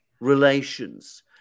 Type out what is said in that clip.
relations